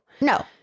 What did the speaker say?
No